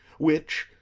which,